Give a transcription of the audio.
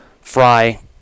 Fry